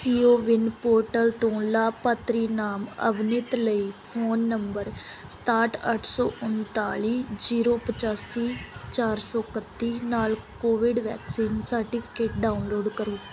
ਸੀ O ਵਿਨ portal ਤੋਂ ਲਾਭਪਾਤਰੀ ਨਾਮ ਅਵਨਿਤ ਲਈ ਫ਼ੋਨ ਨੰਬਰ ਸਤਾਹਠ ਅੱਠ ਸੌ ਉਨਤਾਲੀ ਜੀਰੋ ਪਚਾਸੀ ਚਾਰ ਸੌ ਇਕੱਤੀ ਨਾਲ ਕੋਵਿਡ ਵੈਕਸੀਨ ਸਰਟੀਫਿਕੇਟ ਡਾਊਨਲੋਡ ਕਰੋ